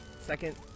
Second